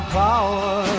power